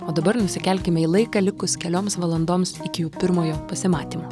o dabar nusikelkime į laiką likus kelioms valandoms iki jų pirmojo pasimatymo